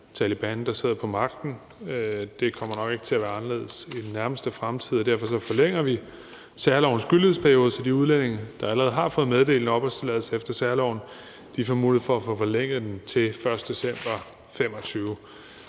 Taleban, der sidder på magten. Det kommer nok ikke til at være anderledes i den nærmeste fremtid, og derfor forlænger vi særlovens gyldighedsperiode, så de udlændinge, der allerede har fået meddelt opholdstilladelse efter særloven, får mulighed for at få forlænget den til den 1. december 2025.